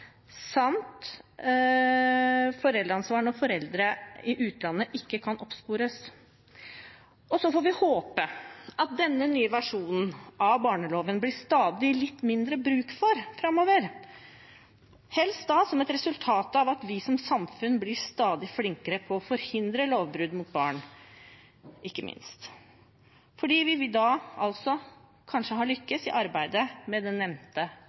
foreldre i utlandet ikke kan oppspores. Så får vi håpe at det framover vil bli stadig litt mindre bruk for denne nye versjonen av barneloven, helst som et resultat av at vi som samfunn blir stadig flinkere til å forhindre lovbrudd mot barn – fordi vi kanskje vil ha lyktes med arbeidet med den nevnte